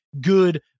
good